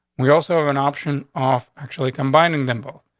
we also have an option off, actually combining them both.